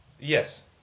Yes